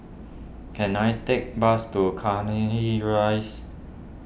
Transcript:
can I take bus to Cairnhill Rise